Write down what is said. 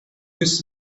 used